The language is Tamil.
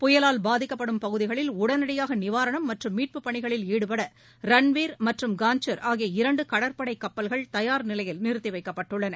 புயலால் பாதிக்கப்படும் பகுதிகளில் உடனடியாக நிவாரணம் மற்றும் மீட்புப் பணிகளில் ஈடுபட ரன்வீர் மற்றும் காஞ்சர் ஆகிய இரண்டு கடற்படை கப்பல்கள் தயார் நிலையில் நிறுத்தி வைக்கப்பட்டுள்ளன